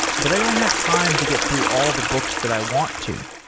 but i don't have time to get through all the books that i want to.